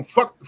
Fuck